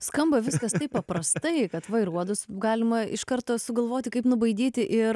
skamba viskas taip paprastai kad va ir uodus galima iš karto sugalvoti kaip nubaidyti ir